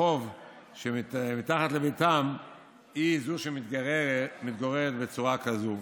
הרחוב שמתחת לביתם היא שמתגוררת בצורה כזאת.